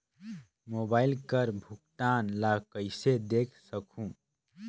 Mobile कर भुगतान ला कइसे देख सकहुं?